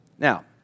Now